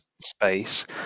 space